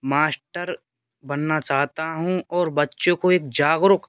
master बनना चाहता हूँ और बच्चों को एक जागरूक